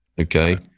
Okay